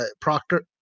Proctor